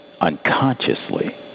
unconsciously